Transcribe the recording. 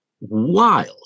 wild